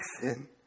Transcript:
sin